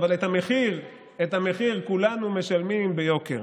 אבל את המחיר כולנו משלמים ביוקר.